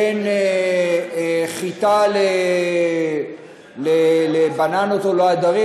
בין חיטה לבננות או להדרים,